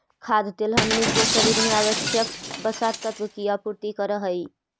खाद्य तेल हमनी के शरीर में आवश्यक वसा तत्व के आपूर्ति करऽ हइ